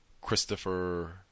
christopher